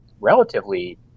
relatively